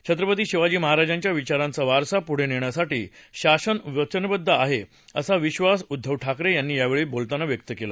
छत्रपती शिवाजी महाराजांच्या विचारांचा वारसा पुढे नेण्यासाठी शासन वचनबद्ध आहे असा विश्वास उध्दव ठाकरे यांनी यावेळी बोलताना व्यक्त केला